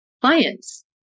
clients